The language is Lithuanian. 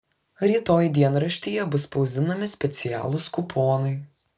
rytoj dienraštyje bus spausdinami specialūs kuponai